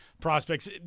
prospects